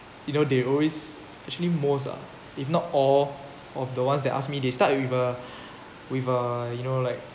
you know they always actually most ah if not all of the ones they ask me they start with uh with uh you know like